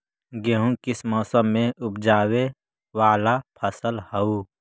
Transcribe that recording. गेहूं किस मौसम में ऊपजावे वाला फसल हउ?